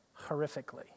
horrifically